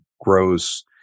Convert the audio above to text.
grows